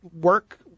work